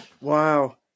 Wow